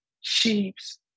Sheeps